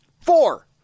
Four